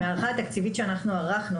ההערכה התקציבית שאנחנו ערכנו,